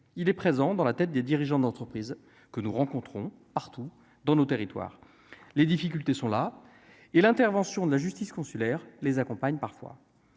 il est présent dans la tête des dirigeants d'entreprise que nous rencontrons partout dans nos territoires, les difficultés sont là et l'intervention de la justice consulaire les accompagne parfois